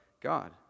God